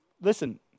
Listen